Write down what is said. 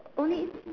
only